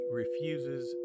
refuses